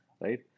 right